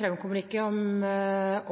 framkommer ikke om